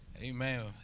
Amen